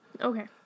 Okay